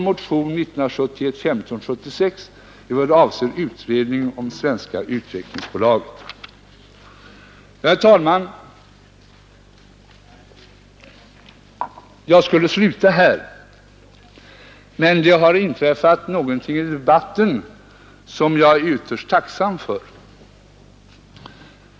Här skulle jag sluta, men det har inträffat någonting i debatten som jag är ytterst tacksam för.